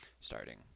Starting